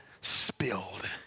spilled